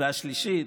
והשלישית,